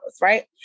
Right